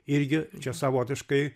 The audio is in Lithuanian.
irgi čia savotiškai